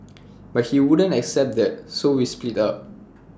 but he wouldn't accept that so we split up